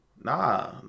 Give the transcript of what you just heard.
Nah